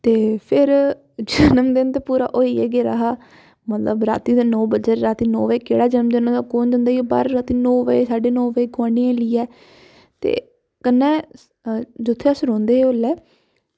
ते फिर जनम दिन ते पूरा होई बी गेदा हा मतलब रातीं दे नौ बज्जा दे रातीं नौ बजे केह्ड़ा जन्मदिन कु'न जंदा ई बाह्र नौ साढ़े नौ बजे गोआंढियें गी लेइयै ते कन्नै जित्थें अस रौह्ंदे हे आह्ले